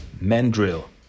mandrill